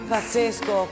Pazzesco